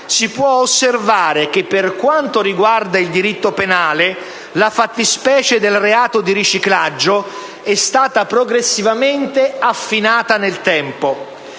si può osservare che, per quanto riguarda il diritto penale, la fattispecie del reato di riciclaggio è stata progressivamente affinata nel tempo.